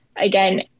again